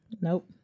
Nope